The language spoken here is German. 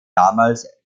damals